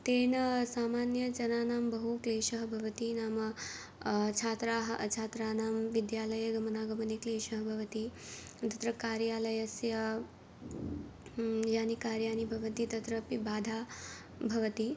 तेन सामान्यजनानां बहुक्लेशः भवति नाम छात्राः छात्राणां विद्यालये गमनागमने क्लेशः भवति तत्र कार्यालयस्य यानि कार्याणि भवन्ति तत्रापि बाधा भवति